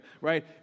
right